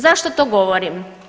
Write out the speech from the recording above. Zašto to govorim?